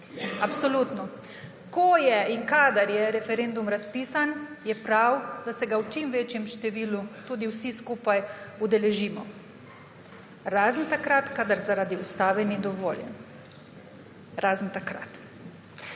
Absolutno. Ko je in kadar je referendum razpisan, je prav, da se ga v čim večjem številu tudi vsi skupaj udeležimo. Razen takrat kadar zaradi ustave ni dovoljen. Ustava